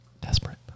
desperate